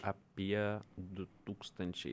apie du tūkstančiai